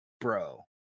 bro